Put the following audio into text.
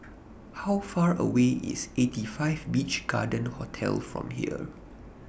How Far away IS eighty five Beach Garden Hotel from here